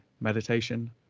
meditation